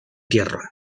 tiarrón